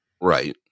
right